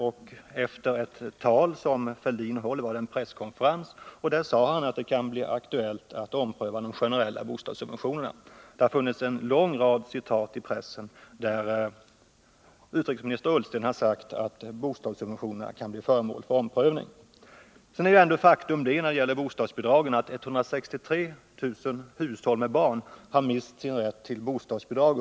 Vid en presskonferens efter ett tal av statsminister Fälldin sade denne att det kan bli aktuellt att ompröva de generella bostadssubventionerna. Det har funnits en lång rad Nr 48 citat i pressen enligt vilka utrikesminister Ullsten sagt att bostadssubventionerna kan omprövas. När det gäller bostadsbidragen är det ändå ett faktum att under de senaste fyra åren 163 000 hushåll med barn har mist sin rätt till bostadsbidrag.